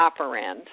operand